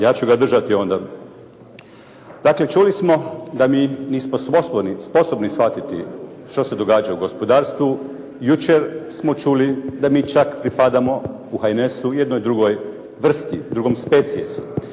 Ja ću ga držati onda. Dakle, čuli smo da mi nismo sposobni shvatiti što se događa u gospodarstvu. Jučer smo čuli da mi čak pripadamo u HNS-u jednoj drugoj vrsti, drugom speciesu.